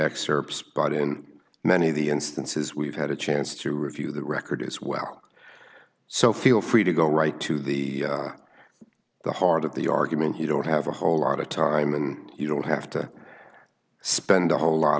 excerpts but in many of the instances we've had a chance to review the record as well so feel free to go right to the the heart of the argument you don't have a whole lot of time and you don't have to spend a whole lot